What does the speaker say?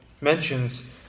mentions